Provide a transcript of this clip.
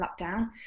Lockdown